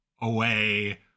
away